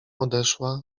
odeszła